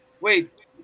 Wait